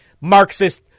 Marxist